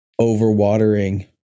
overwatering